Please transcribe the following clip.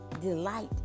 delight